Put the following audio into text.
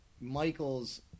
Michael's